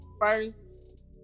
first